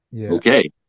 okay